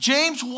James